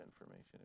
information